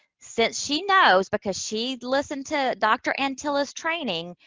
since she knows, because she listened to dr. antilla's training,